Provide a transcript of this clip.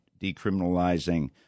decriminalizing